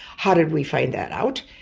how did we find that out?